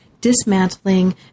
dismantling